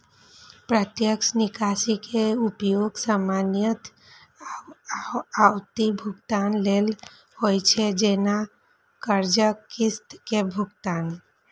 प्रत्यक्ष निकासी के उपयोग सामान्यतः आवर्ती भुगतान लेल होइ छै, जैना कर्जक किस्त के भुगतान